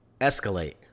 escalate